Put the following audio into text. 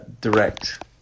direct